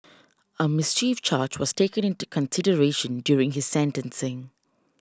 a mischief charge was taken into consideration during his sentencing